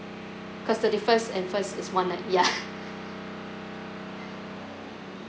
cause thirty first and first is one night ya